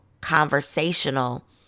conversational